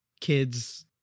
kids